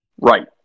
Right